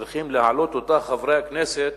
צריכים להעלות אותה חברי הכנסת,